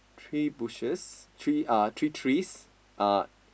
tree bushes three uh three trees uh